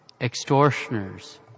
extortioners